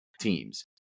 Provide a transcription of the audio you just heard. teams